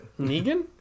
Negan